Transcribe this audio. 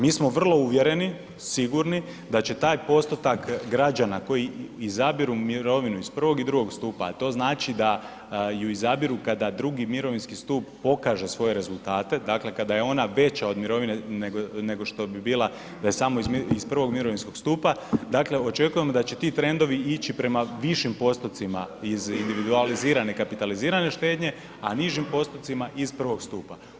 Mi smo vrlo uvjereni, sigurni da će taj postotak građana koji izabiru mirovinu iz I. i II. stupa a to znači da ju izabiru kada II. mirovinski stup pokaže svoje rezultate, dakle kada je ona veća od mirovine nego što bi bila da je samo iz I. mirovinskog stupa, dakle očekujemo da će ti trenovi ići prema višim postotcima iz individualizirane i kapitalizirane štednje a nižim postotcima iz I. stupa.